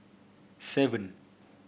seven